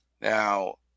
now